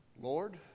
Lord